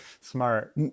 smart